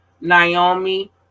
Naomi